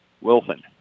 Wilson